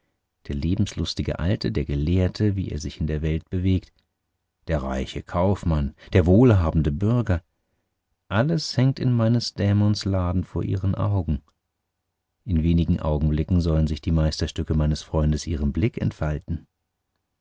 der lebenslustige alte der gelehrte wie er sich in der welt bewegt der reiche kaufmann der wohlhabende bürger alles hängt in meines dämons laden vor ihren augen in wenigen augenblicken sollen sich die meisterstücke meines freundes ihrem blick entfalten